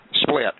split